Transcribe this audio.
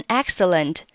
excellent